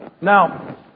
Now